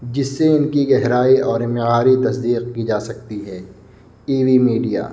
جس سے ان کی گہرائی اور معیاری تصدیق کی جا سکتی ہے ٹی وی میڈیا